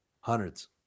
Hundreds